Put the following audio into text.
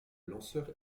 lanceur